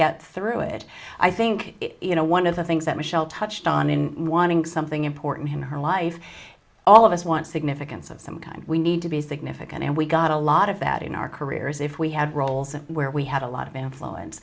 get through it i think you know one of the things that michelle touched on in wanting something important in her life all of us want significance of some kind we need to be significant and we got a lot of that in our careers if we had roles in where we had a lot of influence